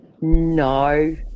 No